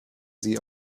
sie